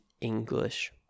english